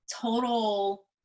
total